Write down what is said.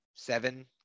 seven